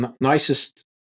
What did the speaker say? nicest